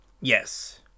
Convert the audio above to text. yes